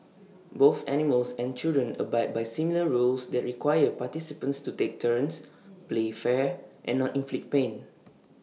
both animals and children abide by similar rules that require participants to take turns play fair and not inflict pain